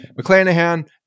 McClanahan